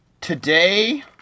today